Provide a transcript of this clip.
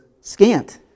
scant